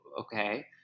okay